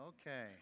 okay